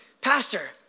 Pastor